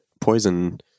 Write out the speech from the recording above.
poison